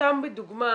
סתם בדוגמה,